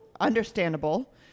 Understandable